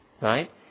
right